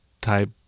type